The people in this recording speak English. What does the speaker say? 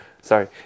sorry